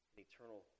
eternal